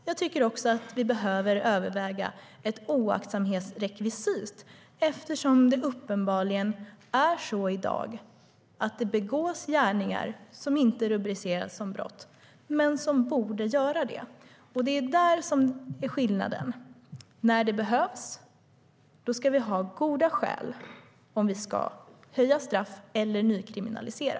Jag tycker också att vi behöver överväga ett oaktsamhetsrekvisit, eftersom det i dag uppenbarligen begås gärningar som inte rubriceras som brott men som borde göra det. Det är där vi har en skillnad. När det behövs ska vi ha goda skäl för att höja straff eller nykriminalisera.